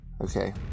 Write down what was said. okay